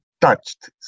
touched